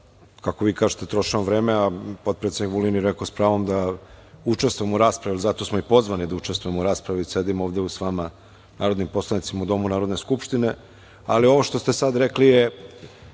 kako vi kažete trošimo vreme, a potpredsednik Vulin je rekao s pravom učestvujemo u raspravi. Zato smo i pozvani da učestvuje u raspravi, da sedimo ovde s vama narodnim poslanicima u domu Narodne skupštine. Ovo što ste sada rekli je